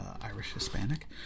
Irish-Hispanic